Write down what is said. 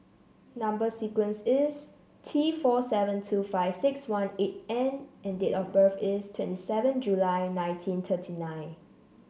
number sequence is T four seven two five six one eight N and date of birth is twenty seven July nineteen thirty nine